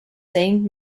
saying